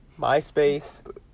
MySpace